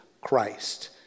Christ